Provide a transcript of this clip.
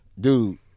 Dude